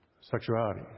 sexuality